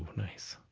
nice.